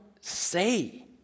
say